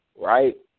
right